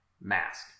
mask